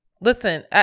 Listen